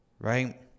right